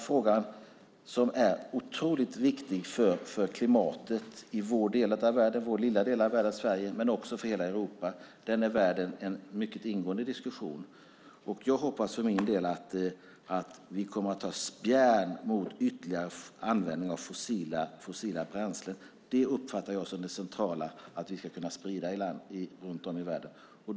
Frågan, som är otroligt viktig för klimatet i vår lilla del av världen men också för hela Europa, är värd en mycket ingående diskussion, och jag hoppas för min del att vi kommer att ta spjärn mot ytterligare användning av fossila bränslen. Det uppfattar jag som det centrala att sprida runt om i världen.